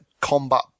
combat